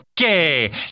Okay